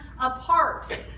apart